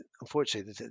Unfortunately